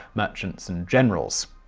merchants and generals.